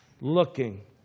looking